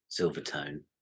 Silvertone